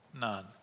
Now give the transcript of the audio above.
none